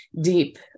deep